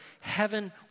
heaven